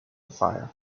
fire